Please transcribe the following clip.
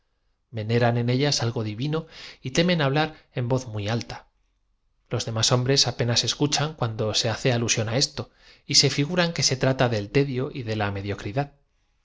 veneran en ellas algo divino y temen hablar en v o z muy alta loa demás hombres apenas escuchan cuando se hace alusión á eso y se figuran que se trata del tedio y de la mediocridad